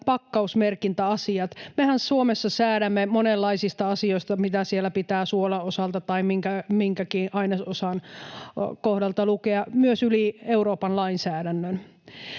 pakkausmerkintäasiat. Mehän Suomessa säädämme monenlaisista asioista, mitä siellä pitää suolan osalta tai minkäkin ainesosan kohdalta lukea, myös yli Euroopan lainsäädännön.